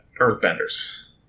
Earthbenders